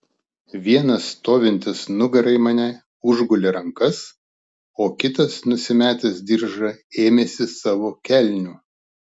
vienas stovintis nugara į mane užgulė rankas o kitas nusimetęs diržą ėmėsi savo kelnių